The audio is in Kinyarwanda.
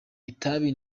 itabi